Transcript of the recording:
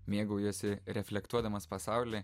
mėgaujuosi reflektuodamas pasaulį